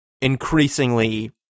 increasingly